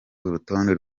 urutonde